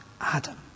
Adam